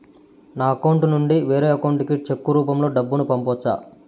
నా అకౌంట్ నుండి వేరే అకౌంట్ కి చెక్కు రూపం లో డబ్బును పంపొచ్చా?